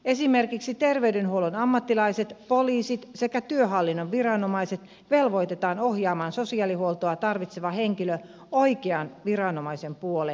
esimerkiksi terveydenhuollon ammattilaiset poliisit sekä työhallinnon viranomaiset velvoitetaan ohjaamaan sosiaalihuoltoa tarvitseva henkilö oikean viranomaisen puoleen